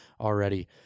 already